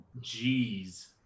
Jeez